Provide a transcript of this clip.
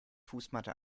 fußmatte